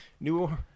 New